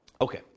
Okay